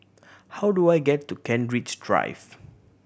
how do I get to Kent Ridge Drive